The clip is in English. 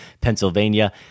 Pennsylvania